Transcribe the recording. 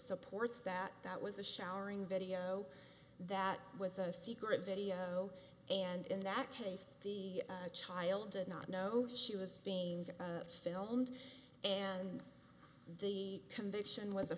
supports that that was a showering video that was a secret video and in that case the child did not know she was being filmed and the conviction was